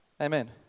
Amen